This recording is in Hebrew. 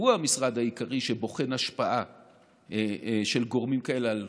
שהוא המשרד העיקרי שבוחן השפעה של גורמים כאלה על